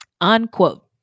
Unquote